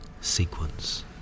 sequence